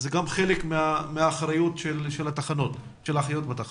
זה גם חלק מהאחריות של האחיות בתחנה.